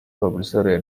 publisher